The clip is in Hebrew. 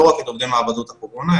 לא רק עובדי מעבדות הקורונה,